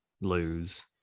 lose